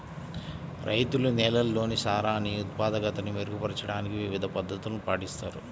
రైతులు నేలల్లోని సారాన్ని ఉత్పాదకతని మెరుగుపరచడానికి వివిధ పద్ధతులను పాటిస్తారు